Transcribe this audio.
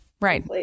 Right